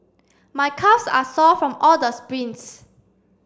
my calves are sore from all the sprints